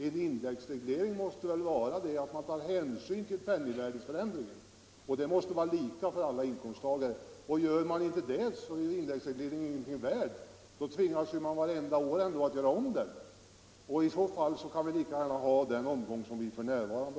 En indexreglering måste väl ta hänsyn till penningvärdeförändringen, och den måste vara lika för alla inkomsttagare. Gör man inte så är en indexreglering ingenting värd. Då tvingas man att göra om den varje år. I så fall kan vi lika gärna ha den ordning som vi har för närvarande.